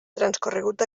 transcorregut